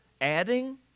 Adding